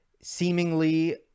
seemingly